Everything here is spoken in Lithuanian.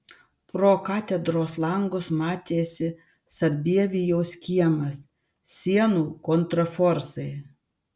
pro katedros langus matėsi sarbievijaus kiemas sienų kontraforsai